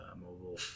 mobile